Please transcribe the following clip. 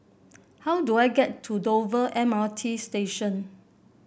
how do I get to Dover M R T Station